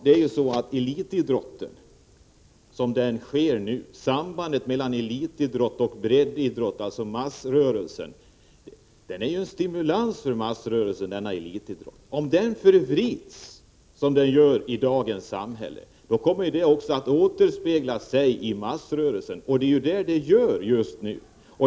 Elitidrotten är en stimulans för breddidrotten, för massrörelsen. Om den förvrids så som det sker i dagens samhälle, kommer det också att återspegla sig i massrörelsen, och det gör det just nu.